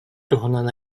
туһунан